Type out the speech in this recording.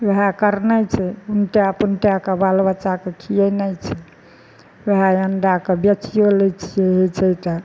वहए करनाइ छै ऊनटाए पुनटाए कऽ बाल बच्चाके खियेनाइ छै ओहए अंडाके बेचियो लै छियै होइ छै तऽ